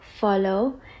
follow